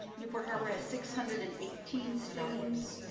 newport harbor has six hundred and eighteen students.